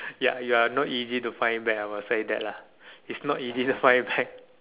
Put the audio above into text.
ya you're not easy to find back ah I must say that lah it's not easy to find back